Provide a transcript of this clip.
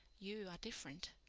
you are different.